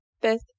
Fifth